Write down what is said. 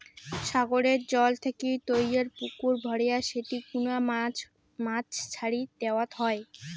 সাগরের জল থাকি তৈয়ার পুকুর ভরেয়া সেটি কুনা মাছ ছাড়ি দ্যাওয়ৎ হই